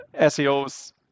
seos